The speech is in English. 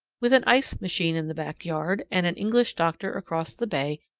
with an ice machine in the back yard and an english doctor across the bay,